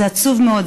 זה עצוב מאוד.